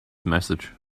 message